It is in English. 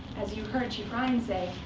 as you heard chief ryan say,